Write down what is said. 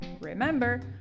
Remember